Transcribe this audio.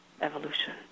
evolution